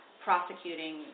prosecuting